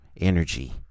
energy